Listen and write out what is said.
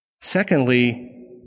Secondly